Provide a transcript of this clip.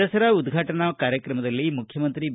ದಸರಾ ಉದ್ಘಾಟನಾ ಕಾರ್ಯಕ್ರಮದಲ್ಲಿ ಮುಖ್ಯಮಂತ್ರಿ ಬಿ